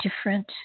different